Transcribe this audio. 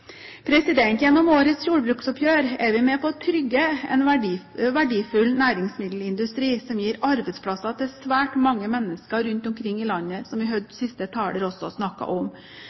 Gjennom årets jordbruksoppgjør er vi med på å trygge en verdifull næringsmiddelindustri som gir arbeidsplasser til svært mange mennesker rundt omkring i landet, som jeg hørte siste taler også snakket om.